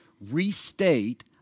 restate